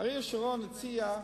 אריאל שרון הציע,